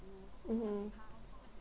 mmhmm